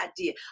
idea